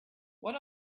what